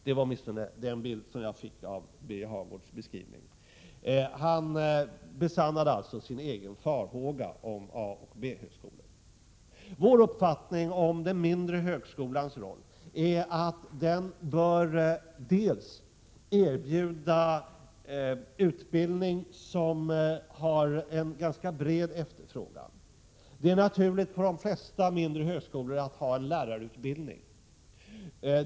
Det var den bild som jag fick av Birger Hagårds beskrivning. Han besannade alltså sina egna farhågor om A och B-skolor. Vår uppfattning om den mindre högskolans roll är att den bör erbjuda sådan utbildning som har ganska stor efterfrågan. Det är naturligt för de flesta mindre högskolor att ha en lärarutbildning.